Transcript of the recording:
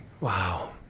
Wow